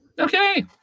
okay